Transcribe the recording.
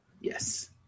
Yes